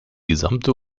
gesamte